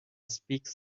speaks